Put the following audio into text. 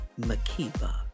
Makiba